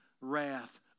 wrath